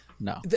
no